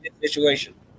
Situation